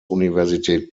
universität